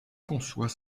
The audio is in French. conçoit